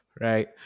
Right